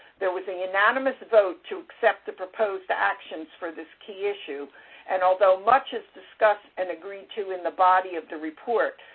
there was a unanimous vote to accept the proposed actions for this key issue and although much is discussed and agreed to in the body of the report,